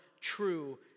true